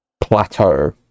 plateau